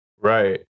Right